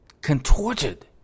contorted